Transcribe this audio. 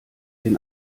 den